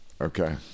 Okay